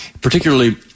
particularly